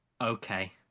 okay